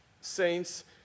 saints